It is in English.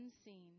unseen